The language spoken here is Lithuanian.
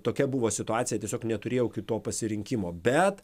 tokia buvo situacija tiesiog neturėjau kito pasirinkimo bet